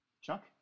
Chuck